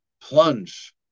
Plunge